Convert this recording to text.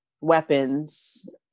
weapons